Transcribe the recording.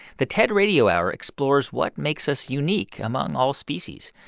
the ted radio hour explores what makes us unique among all species.